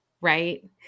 right